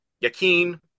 Yakin